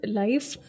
life